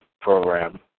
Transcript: program